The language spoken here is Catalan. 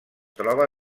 troba